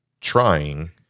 trying